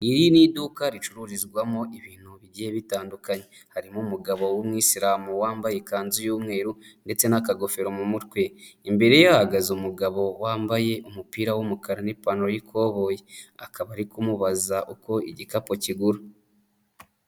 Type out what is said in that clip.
Iri ni iduka ricururizwamo ibintu bigiye bitandukanye. Harimo umugabo w'umwisilamu wambaye ikanzu y'umweru ndetse n'akagofero mu mutwe. Imbere ye hahagaze umugabo wambaye umupira w'umukara n'ipantaro y'ikoboyi. Akaba ari kumubaza uko igikapu kigura.